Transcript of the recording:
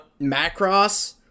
Macross